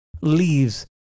leaves